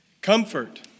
Comfort